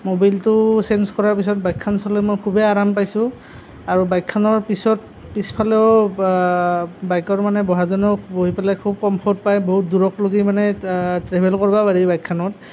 ম'বিলটো change কৰাৰ পিছত বাইকখন চলাই মই খুবেই আৰাম পাইছোঁ আৰু বাইকখনৰ পিছত পিছফালেও বাইকৰ মানে বহাজনেও বহি পেলাই খুব কমফৰ্ট পায় বহুত দূৰলৈকে মানে ট্ৰেভেল কৰিব পাৰি বাইকখনত